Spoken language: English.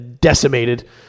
decimated